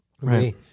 right